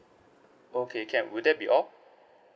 okay can will that be all